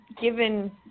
given